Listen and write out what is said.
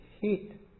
heat